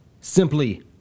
Simply